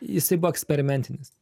jisai buvo eksperimentinis